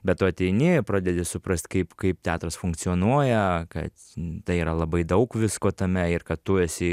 bet tu ateini pradedi suprast kaip kaip teatras funkcionuoja kad tai yra labai daug visko tame ir kad tu esi